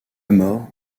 mort